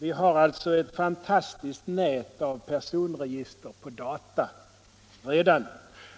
Vi har alltså redan ett fantastiskt nät av personregister på data,